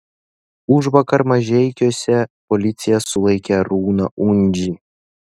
užvakar mažeikiuose policija sulaikė arūną undžį